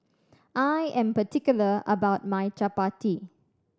I am particular about my Chapati